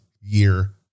year